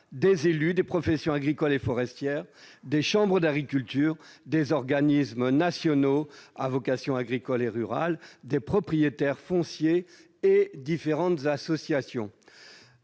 de l'État, des professions agricole et forestière, des chambres d'agriculture, des organismes nationaux à vocation agricole et rurale, des propriétaires fonciers et des associations,